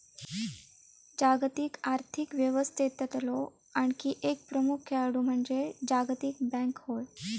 जागतिक आर्थिक व्यवस्थेतलो आणखी एक प्रमुख खेळाडू म्हणजे जागतिक बँक होय